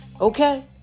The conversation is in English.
Okay